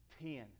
Ten